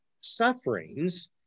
sufferings